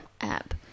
app